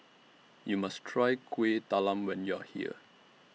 YOU must Try Kuih Talam when YOU Are here